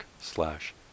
slash